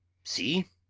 see!